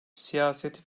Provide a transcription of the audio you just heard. siyaseti